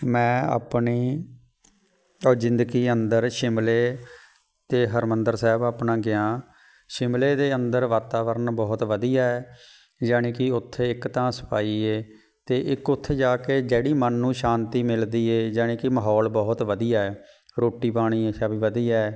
ਮੈਂ ਆਪਣੀ ਤਾਂ ਜ਼ਿੰਦਗੀ ਅੰਦਰ ਸ਼ਿਮਲੇ ਅਤੇ ਹਰਿਮੰਦਰ ਸਾਹਿਬ ਆਪਣਾ ਗਿਆ ਸ਼ਿਮਲੇ ਦੇ ਅੰਦਰ ਵਾਤਾਵਰਨ ਬਹੁਤ ਵਧੀਆ ਹੈ ਜਾਣੀ ਕਿ ਉੱਥੇ ਇੱਕ ਤਾਂ ਸਫਾਈ ਹੈ ਅਤੇ ਇੱਕ ਉੱਥੇ ਜਾ ਕੇ ਜਿਹੜੀ ਮਨ ਨੂੰ ਸ਼ਾਂਤੀ ਮਿਲਦੀ ਹੈ ਜਾਣੀ ਕਿ ਮਾਹੌਲ ਬਹੁਤ ਵਧੀਆ ਹੈ ਰੋਟੀ ਪਾਣੀ ਅੱਛਾ ਵੀ ਵਧੀਆ